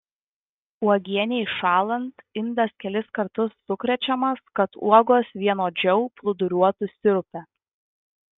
uogienei šąlant indas kelis kartus sukrečiamas kad uogos vienodžiau plūduriuotų sirupe